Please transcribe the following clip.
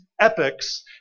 Epics